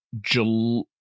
July